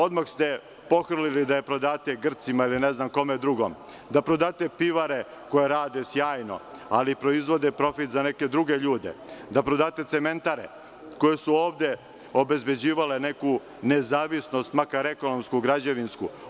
Odmah ste pohrlili da je prodate Grcima ili ne znam kome drugom, da prodate pivare koje rade sjajno, ali proizvode profit za neke druge ljude, da prodate cementare koje su ovde obezbeđivale neku nezavisnost, makar ekonomsku, građevinsku.